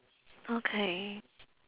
okay